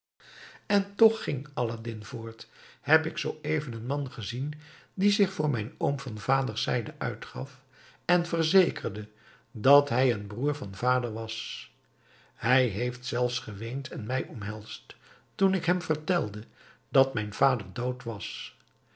en toch ging aladdin voort heb ik zooeven een man gezien die zich voor mijn oom van vaders zijde uitgaf en verzekerde dat hij een broer van vader was hij heeft zelfs geweend en mij omhelsd toen ik hem vertelde dat mijn vader dood was